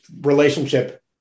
relationship